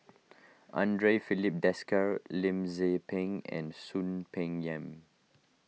andre Filipe Desker Lim Tze Peng and Soon Peng Yam